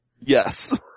Yes